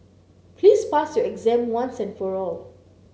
please pass your exam once and for all